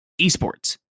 esports